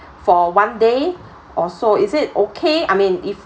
for one day or so is it okay I mean if